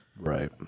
right